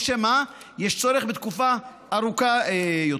או שמא יש צורך בתקופה ארוכה יותר.